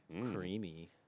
Creamy